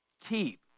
keep